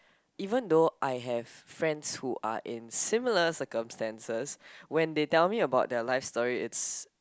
even though I have friends who are in similar circumstances when they tell me about their life story it's